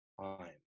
time